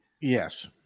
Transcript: Yes